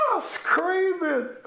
screaming